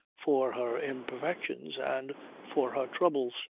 for her imperfections and for her troubles.